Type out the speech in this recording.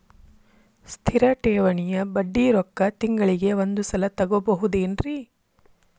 ಸ್ಥಿರ ಠೇವಣಿಯ ಬಡ್ಡಿ ರೊಕ್ಕ ತಿಂಗಳಿಗೆ ಒಂದು ಸಲ ತಗೊಬಹುದೆನ್ರಿ?